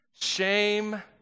Shame